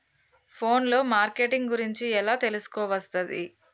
Phone లో marketing గురించి ఎలా తెలుసుకోవస్తది?